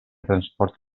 transport